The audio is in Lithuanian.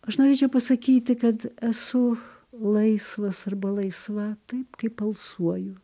aš norėčiau pasakyti kad esu laisvas arba laisva taip kaip alsuoju